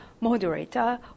moderator